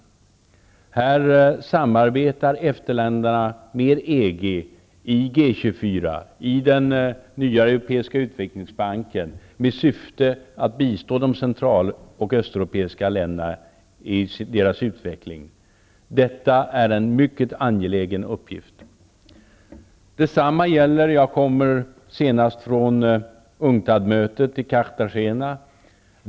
EFTA-länderna samarbetar med EG i G 24-gruppen och i den nya europeiska utvecklingsbanken, i syfte att bistå de central och östeuropeiska länderna i deras utveckling. Detta är en mycket angelägen uppgift. Jag kommer senast från UNCTAD-mötet i Cartagena.